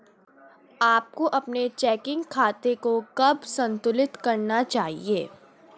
आपको अपने चेकिंग खाते को कब संतुलित करना चाहिए?